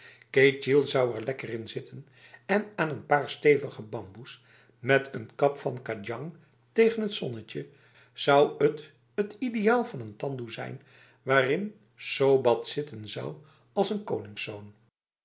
ketjil zou er lekker in zitten en aan een paar stevige bamboes met een kap van kadjang tegen t zonnetje zou het t ideaal van een tandoe zijn waarin sobat zitten zou als een koningszoon